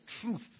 truth